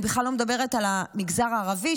אני בכלל לא מדברת על המגזר הערבי.